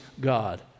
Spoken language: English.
God